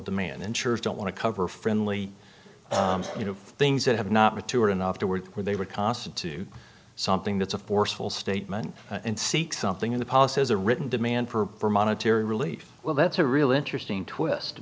demand insurers don't want to cover friendly you know things that have not matured enough to work where they would constitute something that's a forceful statement and seek something in the policy as a written demand for monetary relief well that's a real interesting twist